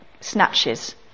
snatches